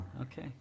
Okay